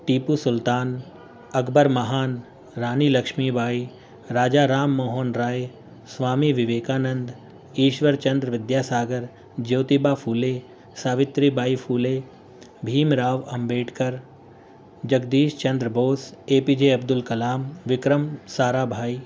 ٹیپو سلطان اکبر مہان Rani Lakshmi Bai Raja Ram Mohan Roy Swami Vivekananda Ishwar Chandra Vidyasagar Jyotiba Phule Savitri Bai Phule Bhim Rao Ambedkar Jagdish Chandra Bose A P J Abdul Kalam Vikram سارا بھائی